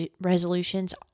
resolutions